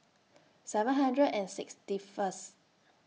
seven hundred and sixty First